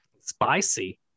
Spicy